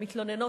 למתלוננות,